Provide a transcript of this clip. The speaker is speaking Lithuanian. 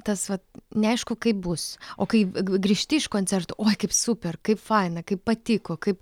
tas vat neaišku kaip bus o kai grįžti iš koncertų o kaip super kaip faina kaip patiko kaip